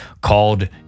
called